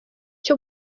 cyo